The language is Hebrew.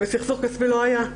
סכסוך כספי לא היה.